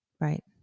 right